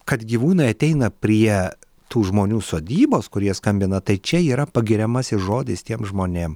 kad gyvūnai ateina prie tų žmonių sodybos kurie skambina tai čia yra pagiriamasis žodis tiem žmonėm